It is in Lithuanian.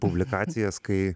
publikacijas kai